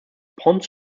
pons